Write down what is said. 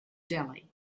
delhi